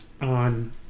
on